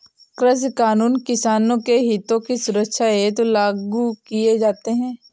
कृषि कानून किसानों के हितों की सुरक्षा हेतु लागू किए जाते हैं